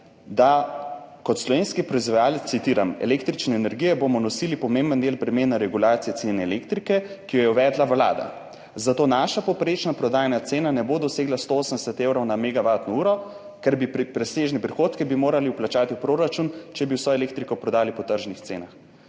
da kot slovenski proizvajalec, citiram, »električne energije bomo nosili pomemben del bremena regulacije cen elektrike, ki jo je uvedla Vlada, zato naša povprečna prodajna cena ne bo dosegla 180 evrov na megavatno uro, ker bi presežne prihodke morali vplačati v proračun, če bi vso elektriko prodali po tržnih cenah.«